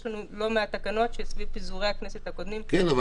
יש לנו לא מעט תקנות שסביב פיזורי הכנסת הקודמים לא הובאו לאישור.